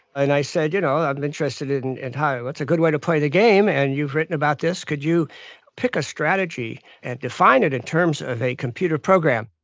ah and i said, you know, i'm interested in and how what's a good way to play the game? and you've written about this. could you pick a strategy and define it in terms of a computer program?